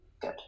good